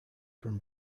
from